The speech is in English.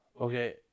Okay